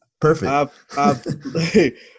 perfect